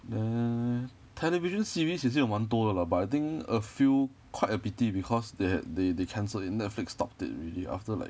then television series 也是有蛮多的 lah but I think a few quite a pity because they had they they cancelled it Netflix stopped it already after like